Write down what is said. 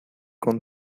con